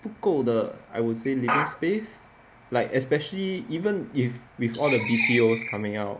不够的 I would say living space like especially even if with all the B_T_O coming out